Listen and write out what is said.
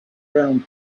around